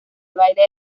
baile